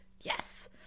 Yes